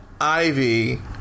Ivy